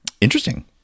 Interesting